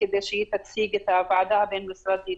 כדי שהיא תציג את הוועדה הבין-משרדית